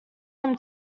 him